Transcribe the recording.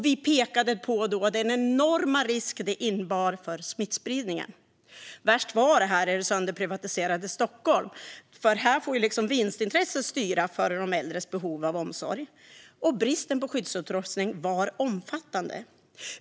Vi pekade på den enorma risk som det innebar för smittspridningen. Värst var det i det sönderprivatiserade Stockholm, för här får vinstintresset styra före de äldres behov av omsorg. Bristen på skyddsutrustning var omfattande.